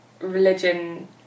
religion